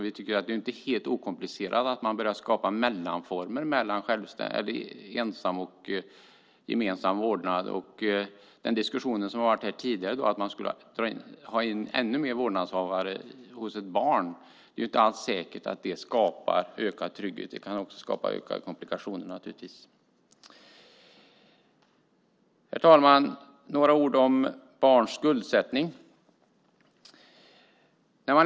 Vi tycker att det inte är helt okomplicerat att man börjar skapa mellanformer när det gäller att ensam ha vårdnad och att ha gemensam vårdnad. När det gäller den diskussion som har varit här tidigare om ännu fler vårdnadshavare hos ett barn skulle jag vilja säga att det inte alls är säkert att det skapar ökad trygghet. Det kan också skapa ökade komplikationer. Herr talman! Jag ska säga några ord om barns skuldsättning.